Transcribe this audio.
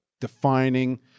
defining